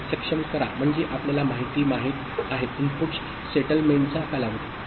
सक्षम करा म्हणजे आपल्याला माहिती माहित आहे इनपुटस सेटलमेंटचा कालावधी